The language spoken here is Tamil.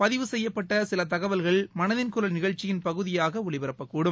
பதிவு செய்யப்பட்டசிலதகவல்கள் மனதின் குரல் நிகழ்ச்சியின் பகுதியாகஒலிபரப்பக்கூடும்